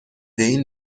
این